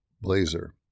blazer